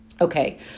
Okay